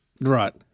Right